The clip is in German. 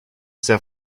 sehr